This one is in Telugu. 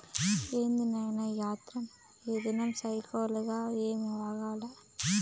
ఏంది నాయినా ఈ ఆత్రం, ఈదినం సైనికోజ్జోగాలు ఏమీ బాగాలా